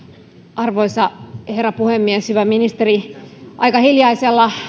arvoisa herra puhemies hyvä ministeri aika hiljaisella